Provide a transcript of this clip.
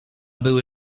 były